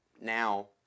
now